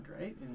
right